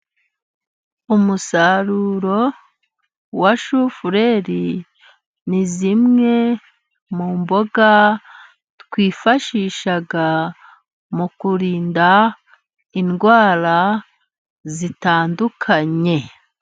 Umusaruro wa shufureri, ni zimwe mu mboga twifashisha, mu kurinda indwara, zitandukanye.